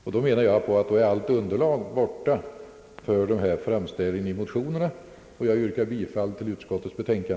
Därför menar jag att då är allt underlag borta för dessa motioner. Jag yrkar, herr talman, bifall till utskottets hemställan.